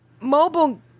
mobile